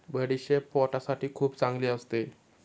बडीशेप पोटासाठी खूप चांगली असते